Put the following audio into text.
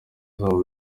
zabo